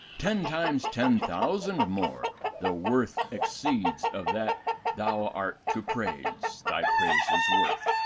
ten times ten thousand more the worth exceeds of that thou art to praise, thy praises worth.